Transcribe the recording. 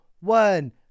one